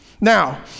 now